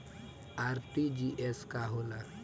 RTGS का होला?